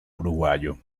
uruguayo